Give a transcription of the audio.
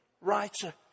writer